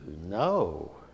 no